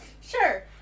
Sure